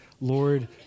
Lord